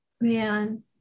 man